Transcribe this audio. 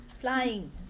Flying